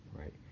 right